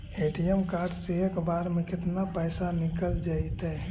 ATM card से एक बार में केतना पैसा निकल जइतै?